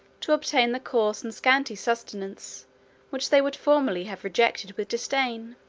to obtain the coarse and scanty sustenance which they would formerly have rejected with disdain.